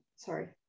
Sorry